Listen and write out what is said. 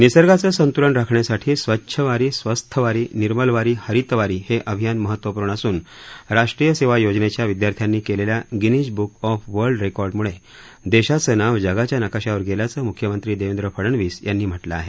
निसर्गाच संतुलन राखण्यासाठी स्वच्छ वारी स्वस्थ वारी निर्मल वारी हरित वारी हे अभियान महत्वपूर्ण असून राष्ट्रीय सेवा योजनेच्या विद्यार्थ्यांनी केलेल्या गिनीज बुक ऑफ वर्ल्ड रेकॉर्डमुळे देशाचे नाव जगाच्या नकाशावर गेल्याच मुख्यमंत्री देवेंद्र फडणवीस यांनी म्हटलं आहे